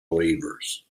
believers